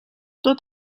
tot